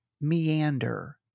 meander